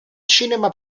cinema